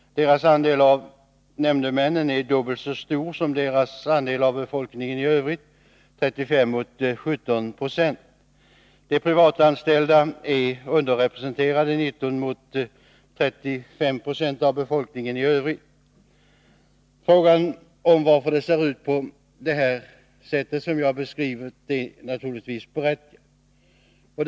Deras andel av nämndemännen är dubbelt så stor som deras andel av befolkningen i Övrigt—35 90 mot 17 20. De privatanställda är underrepresenterade. 19 9 av nämndemännen är privatanställda, medan de privatanställda utgör 35 20 av befolkningen i övrigt. Frågan varför det ser ut på det sätt som jag här har beskrivit är naturligtvis berättigad.